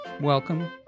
welcome